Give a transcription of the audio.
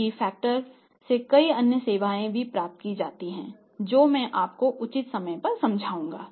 इस फैक्टर्स से कई अन्य सेवाएं भी प्रदान की जाती हैं जो मैं आपको उचित समय पर समझाऊंगा